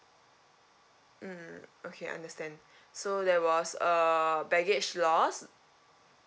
mm okay understand so there was uh baggage loss